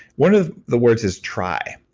one of the words is try.